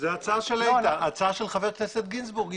זו ההצעה של חבר הכנסת גינזבורג.